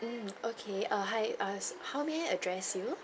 mm okay err hi ask how may I address you